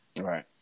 Right